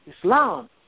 Islam